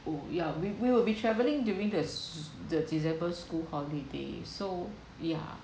oh ya we we'll be travelling during the the december school holiday so ya